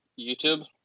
YouTube